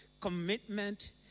Commitment